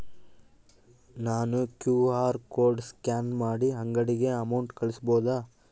ನಾನು QR code scan ಮಾಡಿ ಅಂಗಡಿಗೆ ಅಮೌಂಟ್ ಕಳಿಸಬಹುದಾ?